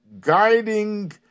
guiding